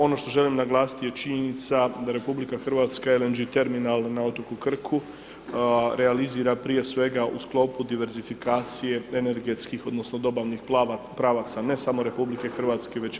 Ono što želim naglasiti je činjenica da RH LNG terminal na otoku Krku realizira prije svega u sklopu diverzifikacije energetskih odnosno dobavnih pravaca ne samo RH već EU.